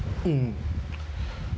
mm